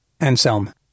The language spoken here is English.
Anselm